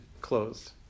closed